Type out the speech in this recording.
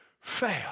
fail